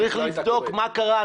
צריך לבדוק מה קרה,